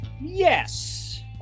Yes